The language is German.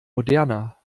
moderner